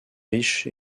riche